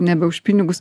nebe už pinigus